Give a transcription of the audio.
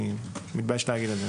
אני מתבייש להגיד את זה,